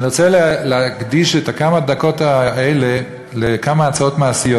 אני רוצה להקדיש את כמה הדקות האלה לכמה הצעות מעשיות,